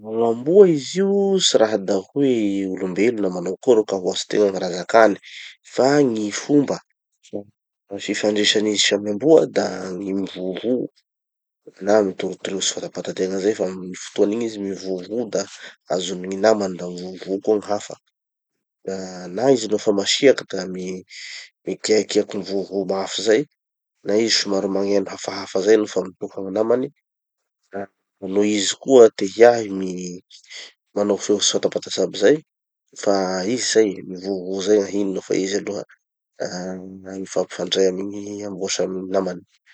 Gn'amboa izy io tsy raha da hoe olom-belo na manao akory ka ho azotegna gny raha zakany. Fa gny fomba fifandresan'izy samy amboa da gny mivovo, na midorodorotsy tsy fatapatategna zay fa amy fotoan'igny izy mivovo da azon'ny gny namany da mivovo koa gny hafa. Na izy no fa masiaky da mi- mikiakiaky mivovo mafy zay na izy somary magneno hafahafa zay nofa mitoka gny namany <pause and glitch>. No izy koa te hiahy mi- manao feo tsy fatapatatsy aby zay, fa izy zay, mivovo zay gn'ahiny nofa izy aloha, ah mifampifandray amy gny amboa samy namany.